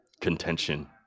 contention